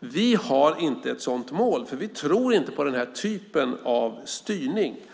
Vi har inte ett sådant mål, eftersom vi inte tror på den typen av styrning.